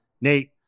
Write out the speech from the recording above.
Nate